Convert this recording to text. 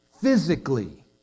physically